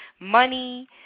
money